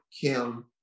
Kim